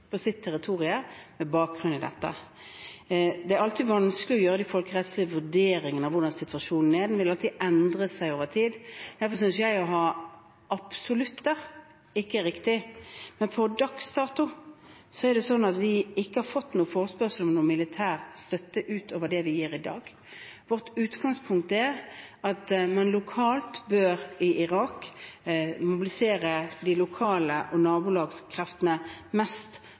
territorium med bakgrunn i dette. Det er alltid vanskelig å gjøre de folkerettslige vurderingene av hvordan situasjonen er; den vil alltid endre seg over tid. Derfor synes jeg at å ha absolutter ikke er riktig. Per dags dato er det sånn at vi ikke har fått noen forespørsel om militær støtte ut over det vi gir i dag. Vårt utgangspunkt er at man lokalt i Irak bør mobilisere de lokale og nabolagskreftene mest